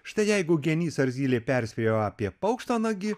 štai jeigu genys ar zylė perspėjo apie paukštvanagį